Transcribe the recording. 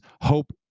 Hope